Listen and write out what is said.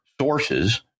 sources –